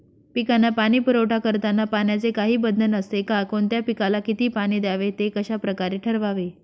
पिकांना पाणी पुरवठा करताना पाण्याचे काही बंधन असते का? कोणत्या पिकाला किती पाणी द्यावे ते कशाप्रकारे ठरवावे?